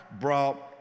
brought